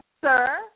sir